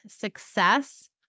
success